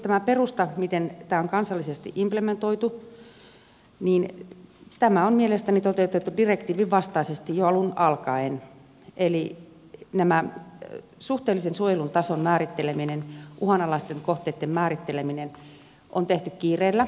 tämä perusta miten tämä on kansallisesti implementoitu on mielestäni toteutettu direktiivin vastaisesti jo alun alkaen eli suhteellisen suojelun tason määritteleminen ja uhanalaisten kohteitten määritteleminen on tehty kiireellä